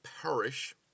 Parish